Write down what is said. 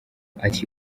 ati